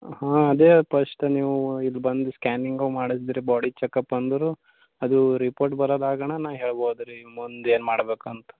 ಹಾಂ ಅದೇ ಪಸ್ಟ್ ನೀವು ಇದು ಬಂದು ಸ್ಕ್ಯಾನಿಂಗ್ ಅವು ಮಾಡದಿದ್ದರೆ ಬಾಡಿ ಚೆಕಪ್ ಅಂದರೂ ಅದೂ ರಿಪೋರ್ಟ್ ಬರದಾಗಣ ನಾ ಹೇಳ್ಬೋದು ರೀ ಮುಂದೇನು ಮಾಡ್ಬೇಕಂತ